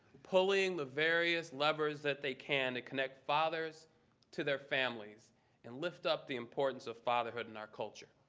pulling the various levers that they can to connect fathers to their families and lift up the importance of fatherhood in our culture.